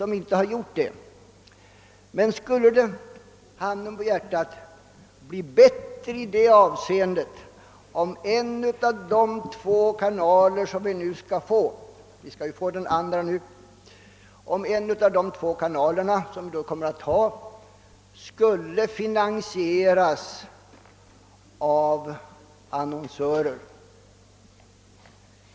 Men skulle det — handen på hjärtat — bli bättre i det avseendet om en av de två TV-kanalerna, varav vi snart får den andra, skulle finansieras av annonsörer?